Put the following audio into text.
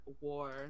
war